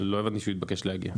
לא הבנתי שהוא התבקש להגיע.